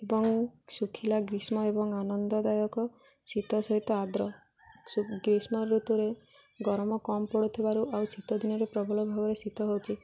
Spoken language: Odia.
ଏବଂ ଶୁଖିଲା ଗ୍ରୀଷ୍ମ ଏବଂ ଆନନ୍ଦଦାୟକ ଶୀତ ସହିତ ଆର୍ଦ୍ର ଗ୍ରୀଷ୍ମ ଋତୁରେ ଗରମ କମ୍ ପଡ଼ୁଥିବାରୁ ଆଉ ଶୀତ ଦିନରେ ପ୍ରବଳ ଭାବରେ ଶୀତ ହେଉଛି